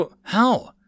How